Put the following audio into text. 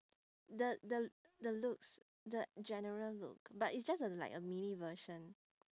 the the the looks the general look but it's just a like a mini version